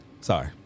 Sorry